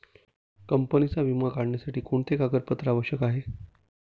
कंपनीचा विमा काढण्यासाठी कोणते कागदपत्रे आवश्यक आहे?